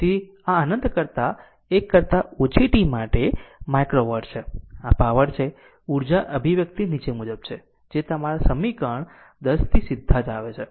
તેથી આ અનંત કરતા 1 કરતા ઓછી t માટે માઇક્રો વોટ છે આ પાવર છે ઊર્જા અભિવ્યક્તિ નીચે મુજબ છે જે તમારા સમીકરણ 10 થી સીધા જ આવે છે